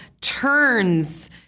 turns